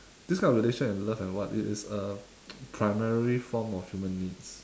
this kind of relation and love and what it is a primary form of human needs